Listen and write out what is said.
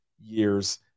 years